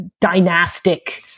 dynastic